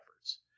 efforts